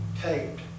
taped